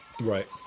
Right